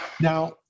Now